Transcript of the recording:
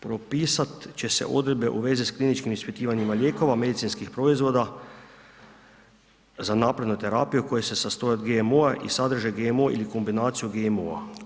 Propisat će se odredbe u vezi s kliničkim ispitivanjima lijekova, medicinskih proizvoda za naprednu terapiju, koja se sastoji od GMO-a i sadrže GMO ili kombinaciju GMO-a.